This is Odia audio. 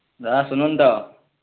ଦାଦା ଶୁନନ୍ ତ